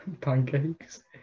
Pancakes